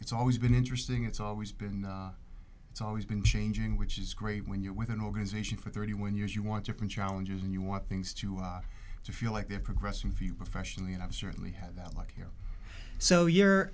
it's always been interesting it's always been it's always been changing which is great when you're with an organization for thirty one years you want to open challenges and you want things to feel like they're progressing view professionally and i've certainly had that like here so you're